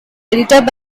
edited